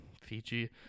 fiji